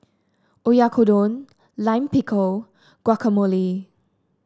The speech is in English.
Oyakodon Lime Pickle Guacamole